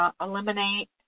Eliminate